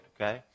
okay